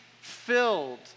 filled